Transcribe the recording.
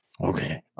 Okay